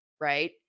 Right